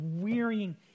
wearying